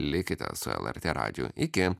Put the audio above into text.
likite su lrt radiju iki